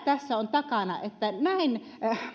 tässä on takana että näin